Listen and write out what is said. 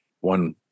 one